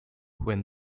when